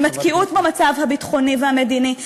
עם התקיעות במצב הביטחוני והמדיני,